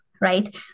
right